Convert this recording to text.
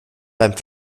beim